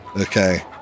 okay